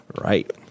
right